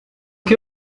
que